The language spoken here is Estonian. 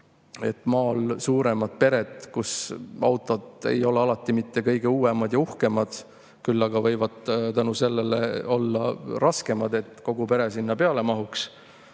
sest maal on suuremad pered, kelle autod ei ole alati mitte kõige uuemad ja uhkemad, küll aga võivad seetõttu olla raskemad, et kogu pere sinna peale mahuks.